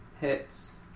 Hits